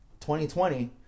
2020